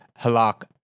Halak